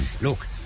look